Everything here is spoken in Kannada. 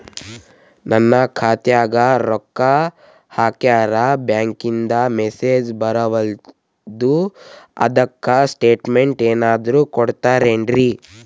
ನನ್ ಖಾತ್ಯಾಗ ರೊಕ್ಕಾ ಹಾಕ್ಯಾರ ಬ್ಯಾಂಕಿಂದ ಮೆಸೇಜ್ ಬರವಲ್ದು ಅದ್ಕ ಸ್ಟೇಟ್ಮೆಂಟ್ ಏನಾದ್ರು ಕೊಡ್ತೇರೆನ್ರಿ?